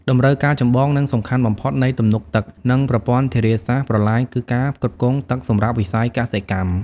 តម្រូវការចម្បង និងសំខាន់បំផុតនៃទំនប់ទឹក និងប្រព័ន្ធធារាសាស្ត្រ-ប្រឡាយគឺការផ្គត់ផ្គង់ទឹកសម្រាប់វិស័យកសិកម្ម។